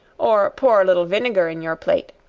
or pour a little vinegar in your plate,